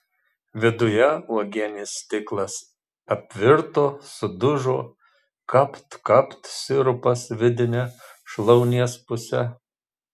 viduje uogienės stiklas apvirto sudužo kapt kapt sirupas vidine šlaunies puse